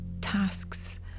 tasks